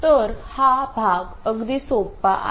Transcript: तर हा भाग अगदी सोपा आहे